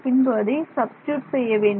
பின்பு அதை சப்ஸ்டிட்யூட் செய்ய வேண்டும்